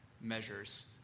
measures